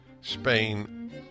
Spain